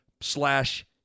slash